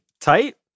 tight